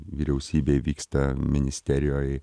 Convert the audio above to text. vyriausybėj vyksta ministerijoj